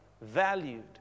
valued